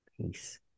peace